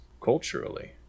culturally